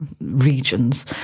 regions